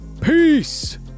peace